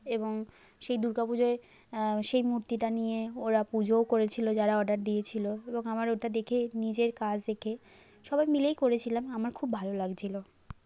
এবং সেই দূর্গা পুজোয় সেই মূর্তিটা নিয়ে ওরা পুজোও করেছিলো যারা অর্ডার দিয়েছিলো এবং আমার ওটা দেখে নিজের কাজ দেখে সবাই মিলেই করেছিলাম আমার খুব ভালো লাগছিলো